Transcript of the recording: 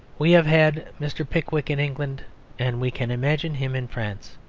we have had mr. pickwick in england and we can imagine him in france.